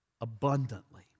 abundantly